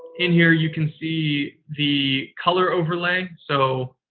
in here. you can see the color overlay. so,